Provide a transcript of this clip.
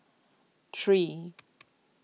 three